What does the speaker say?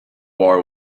war